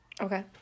Okay